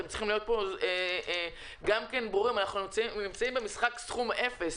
אתם צריכים להיות ברורים אנחנו נמצאים במשחק סכום אפס.